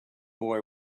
boy